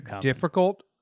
difficult